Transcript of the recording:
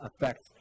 affects